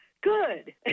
good